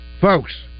Folks